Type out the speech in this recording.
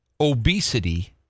obesity